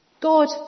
God